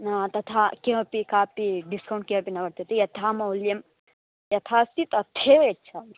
न तथा किमपि कापि डिस्कौण्ट् किमपि न वर्तते यथा मौल्यं यथा अस्ति तथेव यच्छामि